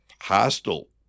hostile